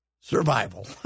survival